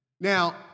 Now